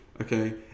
okay